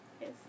Yes